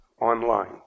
online